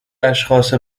اشخاص